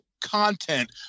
content